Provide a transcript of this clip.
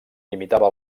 limitava